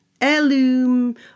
heirloom